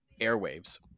airwaves